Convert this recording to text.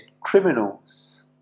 criminals